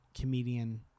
comedian